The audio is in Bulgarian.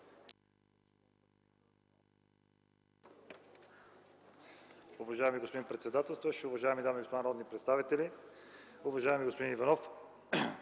Уважаеми господин председател, уважаеми колеги народни представители! Уважаеми господин Корнезов,